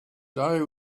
day